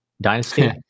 Dynasty